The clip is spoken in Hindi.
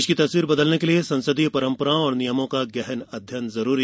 प्रदेश की तस्वीर बदलने के लिए संसदीय परंपराओं और नियमों का गहन अध्ययन जरूरी